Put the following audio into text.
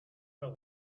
health